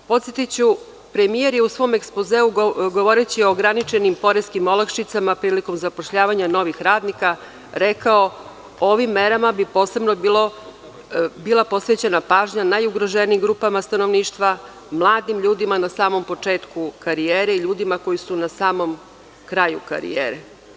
Podsetiću, premijer je u svom ekspozeu govoreći o ograničenim poreskim olakšicama prilikom zapošljavanja novih radnika rekao – ovim merama bi posebno bilo posvećena pažnja najugroženijim grupama stanovništva, mladim ljudima na samom početku karijere i ljudima koji su na samom kraju karijere.